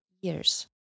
years